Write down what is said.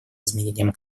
изменением